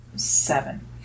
Seven